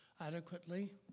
adequately